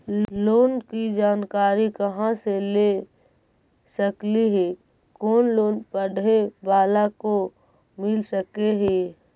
Loan की जानकारी कहा से ले सकली ही, कोन लोन पढ़े बाला को मिल सके ही?